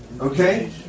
Okay